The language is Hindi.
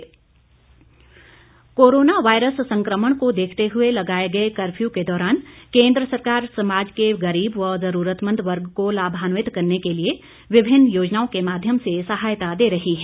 गरीब कल्याण योजना कोरोना वायरस संक्रमण को देखते हुए लगाए गए कफ्यू के दौरान केंद्र सरकार समाज के गरीब व जरूरतमंद वर्ग को लाभान्वित करने के लिए विभिन्न योजनाओं के माध्यम से सहायता दे रही है